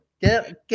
get